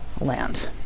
land